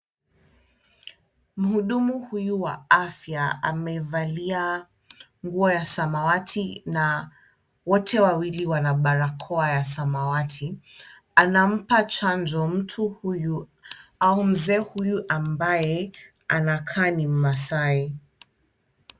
Mhudumu huyu wa afya amevalia nguo ya samawati na wote wawili wana barakoa ya samawati. Anampa chanjo mtu huyu au mzee huyu ambaye anakaa ni mmasaai.